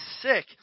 sick